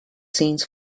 scenes